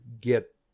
get